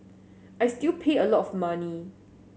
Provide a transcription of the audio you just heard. I still pay a lot of money